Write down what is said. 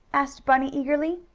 asked bunny eagerly.